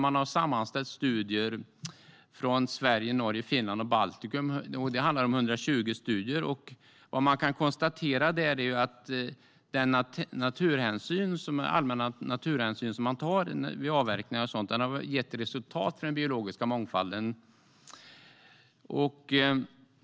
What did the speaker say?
Man har sammanställt 120 studier från Sverige, Norge, Finland och Baltikum och konstaterar att den allmänna naturhänsyn som tas vid avverkning har gett resultat för den biologiska mångfalden.